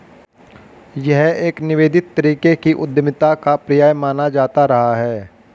यह एक निवेदित तरीके की उद्यमिता का पर्याय माना जाता रहा है